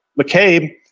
McCabe